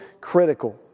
critical